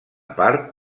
part